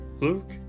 Luke